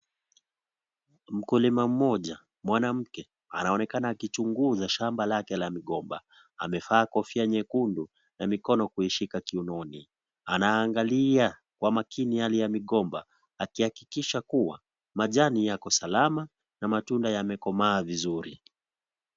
Mkulima mmoja mwanamke anaonekana akichunguza shamba lake la migomba. Amevaa kofia nyekundu na mikono kuishika kiunoni. Anaangalia kwa makini hali ya migomba, akihakikisha kuwa majani yako salama na matunda yamekomaa vizuri.